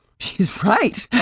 she's right.